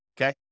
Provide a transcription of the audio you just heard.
okay